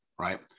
Right